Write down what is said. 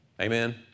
Amen